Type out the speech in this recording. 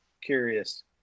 curious